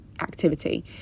activity